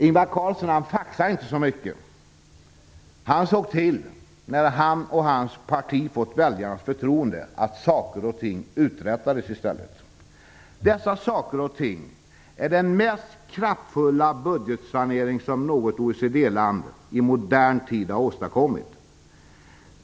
Ingvar Carlsson faxade inte så mycket, han såg till, när han och hans parti fått väljarnas förtroende, att saker och ting uträttades i stället. Dessa saker och ting är den mest kraftfulla budgetsanering som något OECD-land i modern tid har åstadkommit.